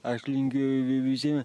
aš linkiu v visiem